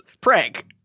prank